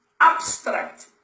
abstract